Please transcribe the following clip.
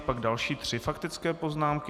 Pak další tři faktické poznámky.